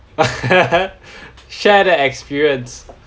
share the experience